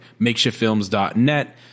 makeshiftfilms.net